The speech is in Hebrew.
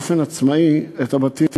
ואם הם נדרשים לשקם באופן עצמאי את הבתים,